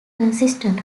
consistent